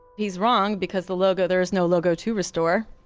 he's wrong because the logo, there's no logo to restore.